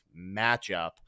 matchup